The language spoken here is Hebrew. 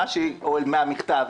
מן המכתב.